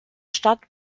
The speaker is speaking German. stadt